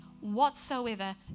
whatsoever